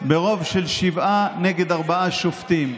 ברוב של שבעה נגד ארבעה שופטים,